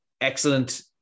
excellent